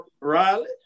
Riley